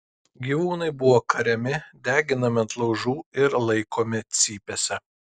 gyvūnai buvo kariami deginami ant laužų ir laikomi cypėse